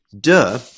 duh